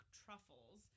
truffles